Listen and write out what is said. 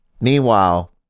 Meanwhile